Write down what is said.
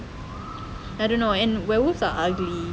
I don't know and werewolves are ugly